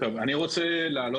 אני בעלים